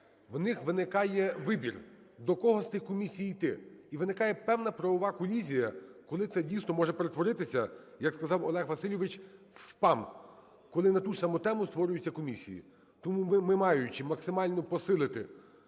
у них виникає вибір, до кого з тих комісій іти. І виникає певна правова колізія, коли це дійсно може перетворитися, як сказав Олег Васильович, в спам, коли на ту ж саму тему створюються комісії. Тому ми, маючи максимально посилити